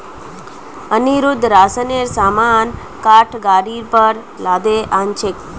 अनिरुद्ध राशनेर सामान काठ गाड़ीर पर लादे आ न छेक